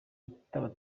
yitaba